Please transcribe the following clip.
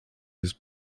jest